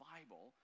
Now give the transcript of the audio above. Bible